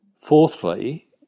Fourthly